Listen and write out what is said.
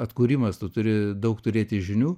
atkūrimas tu turi daug turėti žinių